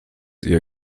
ihr